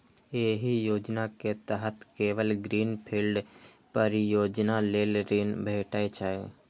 एहि योजना के तहत केवल ग्रीन फील्ड परियोजना लेल ऋण भेटै छै